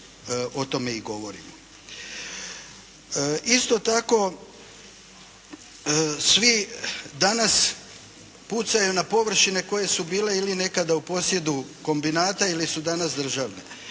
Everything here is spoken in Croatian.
Isto tako, svi danas pucaju na površine koje su bile ili nekada u posjedu kombinata ili su danas državne.